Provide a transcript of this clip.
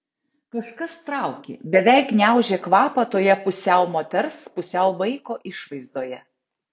kažkas traukė beveik gniaužė kvapą toje pusiau moters pusiau vaiko išvaizdoje